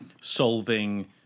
solving